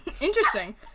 Interesting